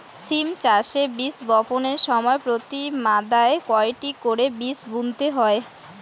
সিম চাষে বীজ বপনের সময় প্রতি মাদায় কয়টি করে বীজ বুনতে হয়?